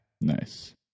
nice